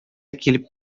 килеп